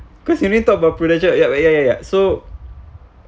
cause you only talk about prudential ya ya ya ya so